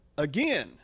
Again